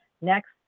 next